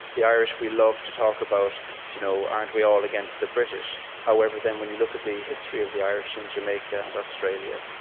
the irish, we love to talk about you know aren't we all against the british? however, then, when you look at the history of the irish in jamaica and australia,